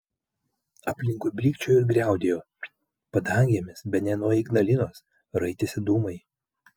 aplinkui blykčiojo ir griaudėjo padangėmis bene nuo ignalinos raitėsi dūmai